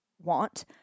want